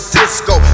disco